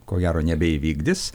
ko gero nebeįvykdys